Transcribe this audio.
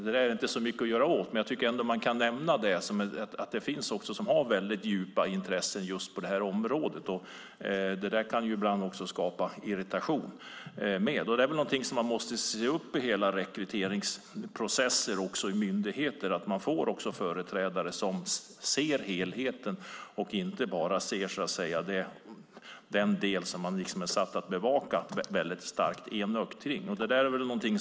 Det är inte så mycket att göra åt, men jag tycker ändå att man kan nämna att det finns de som har väldigt djupa intressen just på det här området och att det ibland kan skapa irritation. Det gäller att se till att myndigheterna genom sina rekryteringsprocesser får företrädare som ser helheten och inte bara ser den del som man är satt att bevaka starkt enögt.